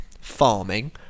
farming